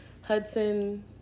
Hudson